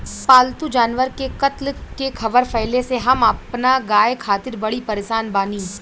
पाल्तु जानवर के कत्ल के ख़बर फैले से हम अपना गाय खातिर बड़ी परेशान बानी